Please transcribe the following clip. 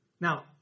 Now